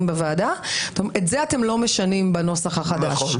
בוועדה את זה אתם לא משנים בנוסח החדש.